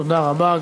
תודה רבה.